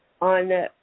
on